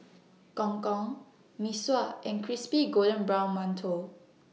Gong Gong Mee Sua and Crispy Golden Brown mantou